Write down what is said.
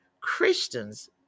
Christians